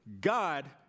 God